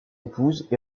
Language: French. épouse